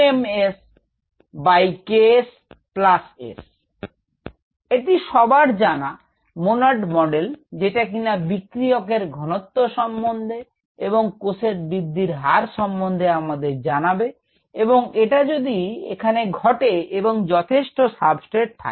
এটি একটি সবার জানা Monod মডেল যেটা কিনা বিক্রিয়কের ঘনত্ব সম্বন্ধে এবং কোষের বৃদ্ধির হার সম্বন্ধে আমাদের জানাবে এবং এটা যদি এখানে ঘটে এবং যথেষ্ট সাবস্ট্রেট থাকে